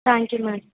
thank you madam